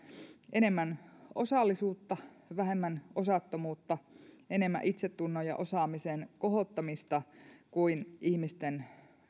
enemmän osallisuutta ja vähemmän osattomuutta enemmän itsetunnon ja osaamisen kohottamista kuin ihmisten